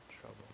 trouble